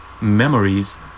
Memories